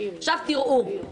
תראו,